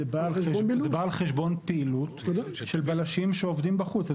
זה בא על חשבון פעילות של בלשים שעובדים בחוץ.